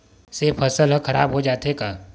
से फसल ह खराब हो जाथे का?